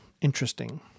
Interesting